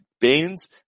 Baines